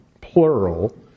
plural